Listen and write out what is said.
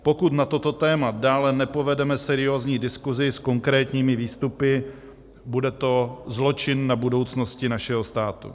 Pokud na toto téma dále nepovedeme seriózní diskusi s konkrétními výstupy, bude to zločin na budoucnosti našeho státu.